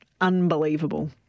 unbelievable